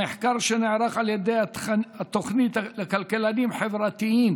במחקר שנערך על ידי התוכנית לכלכלנים חברתיים